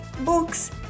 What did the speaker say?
books